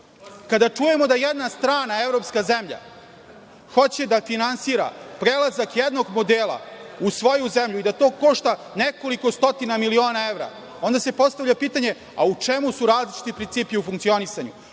kada čujemo da jedna strana evropska zemlja hoće da finansira prelazak jednog modela u svoju zemlju i da to košta nekoliko stotina miliona evra, onda se postavlja pitanje - čemu su različiti principi u funkcionisanju?